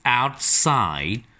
outside